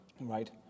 Right